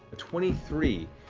twenty three.